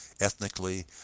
ethnically